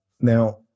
Now